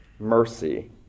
Mercy